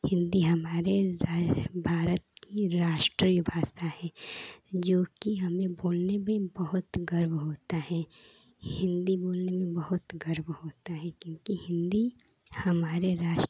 हिन्दी हमारे राष्ट्र भारत की राष्ट्रीय भाषा है जोकि हमें बोलने में बहुत ही गर्व होता है हिन्दी बोलने में बहुत गर्व होता है क्योंकि हिन्दी हमारे राष्ट्र